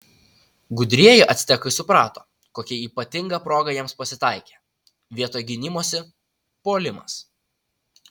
gudrieji actekai suprato kokia ypatinga proga jiems pasitaikė vietoj gynimosi puolimas